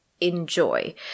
enjoy